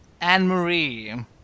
Anne-Marie